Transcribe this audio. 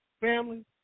Family